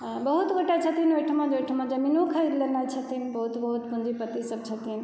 बहुत गोटा छथिन ओहिठाम जे ओहिठाम जमीनो खरीद लेने छथिन बहुत बहुत पूँजीपतिसभ छथिन